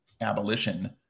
abolition